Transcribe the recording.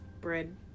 bread